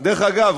דרך אגב,